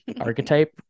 archetype